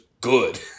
good